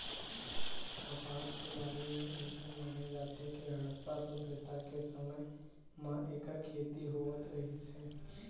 कपसा के बारे म अइसन माने जाथे के हड़प्पा सभ्यता के समे म एखर खेती होवत रहिस हे